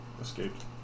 escaped